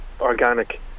organic